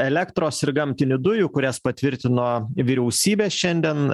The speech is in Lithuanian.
elektros ir gamtinių dujų kurias patvirtino vyriausybė šiandien